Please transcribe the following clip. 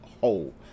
whole